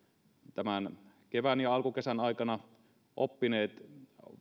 tämän kevään ja alkukesän aikana oppineet